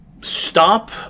stop